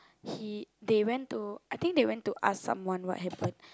he they went I think they went to I think they went to ask someone what happened